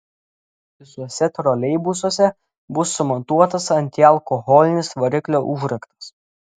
visuose troleibusuose bus sumontuotas antialkoholinis variklio užraktas